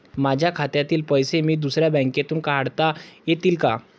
माझ्या खात्यातील पैसे मी दुसऱ्या बँकेतून काढता येतील का?